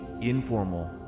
informal